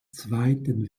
zweiten